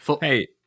Hey